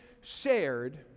shared